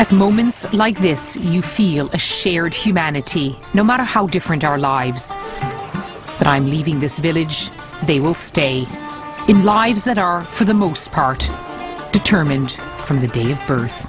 at moments like this you feel a shared humanity no matter how different our lives but i'm leaving this village they will stay in lives that are for the most part determined from the day of first